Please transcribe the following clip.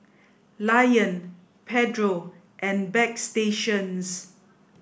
lion Pedro and Bagstationz